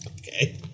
Okay